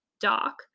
Doc